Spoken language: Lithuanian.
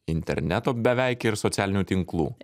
interneto beveik ir socialinių tinklų